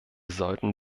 sollten